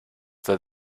the